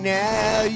now